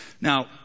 Now